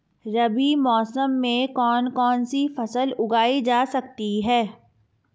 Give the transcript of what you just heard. रबी मौसम में कौन कौनसी फसल उगाई जा सकती है?